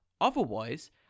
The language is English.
Otherwise